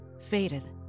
faded